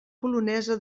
polonesa